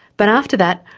but after that,